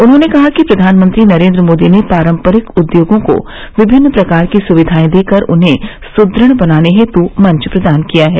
उन्होंने कहा कि प्रवानमंत्री नरेंद्र मोदी ने पारंपरिक उद्योगों को विभिन्न प्रकार की सुक्यिएं देकर उन्हें सुदृढ़ बनाने हेत मंच प्रदान किया है